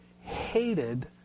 hated